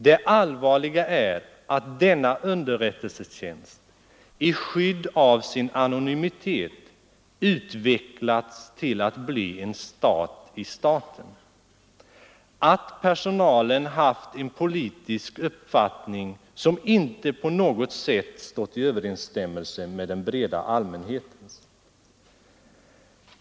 Det allvarliga är att denna underrättelsetjänst i skydd av sin anonymitet utvecklats till att bli en stat i staten, att personalen haft en politisk uppfattning som inte på något sätt stått i överensstämmelse med den breda allmänhetens.